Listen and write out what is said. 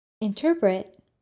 Interpret